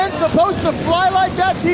and supposed to fly like